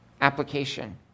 application